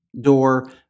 door